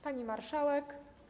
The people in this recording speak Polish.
Pani Marszałek!